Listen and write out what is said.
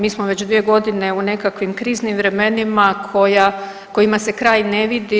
Mi smo već dvije godine u nekakvim kriznim vremenima kojima se kraj ne vidi.